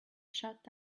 shut